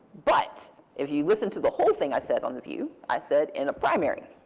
but if you listen to the whole thing i said on the view, i said in a primary.